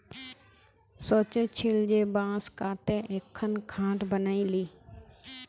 सोचे छिल जे बांस काते एकखन खाट बनइ ली